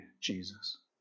Jesus